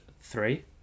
three